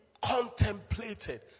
contemplated